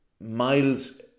Miles